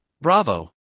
bravo